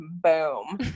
boom